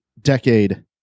decade